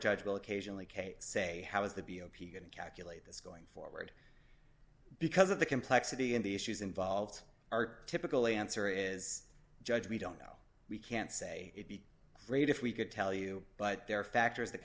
judge will occasionally kate say how is the b o p going to calculate this going forward because of the complexity and the issues involved are typically answer is judge we don't know we can't say it be great if we could tell you but there are factors that